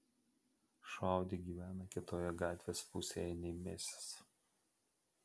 šuo audi gyvena kitoje gatvės pusėje nei mesis